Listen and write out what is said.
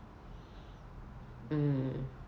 mm